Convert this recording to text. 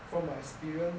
from my experience